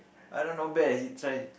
Adam not bad he try